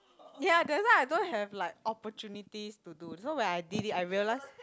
yea that's why I don't have like opportunities to do so when I did it I realise